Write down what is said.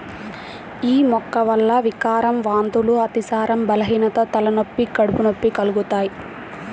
యీ మొక్క వల్ల వికారం, వాంతులు, అతిసారం, బలహీనత, తలనొప్పి, కడుపు నొప్పి కలుగుతయ్